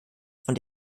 von